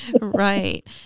Right